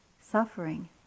suffering